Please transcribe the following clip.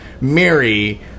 mary